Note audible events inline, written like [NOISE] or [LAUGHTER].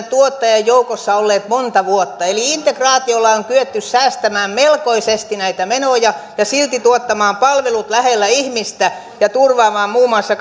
[UNINTELLIGIBLE] tuottajan joukossa olleet monta vuotta eli integraatiolla on kyetty säästämään melkoisesti näitä menoja ja silti tuottamaan palvelut lähellä ihmistä ja turvaamaan muun muassa [UNINTELLIGIBLE]